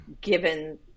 given